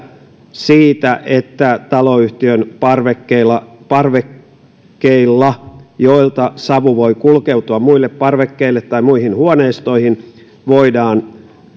siitä että taloyhtiön parvekkeilla parvekkeilla joilta savu voi kulkeutua muille parvekkeille tai muihin huoneistoihin voidaan